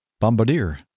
Bombardier